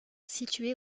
situé